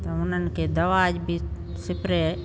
त उन्हनि खे दवा बि सिपिरे